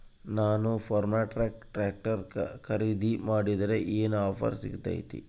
ನಾನು Farmtrac tractor ಖರೇದಿ ಮಾಡಿದ್ರೆ ಏನು ಆಫರ್ ಸಿಗ್ತೈತಿ?